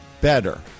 better